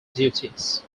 duties